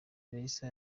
raisa